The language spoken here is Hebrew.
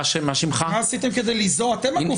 מה עשיתם כדי ליזום?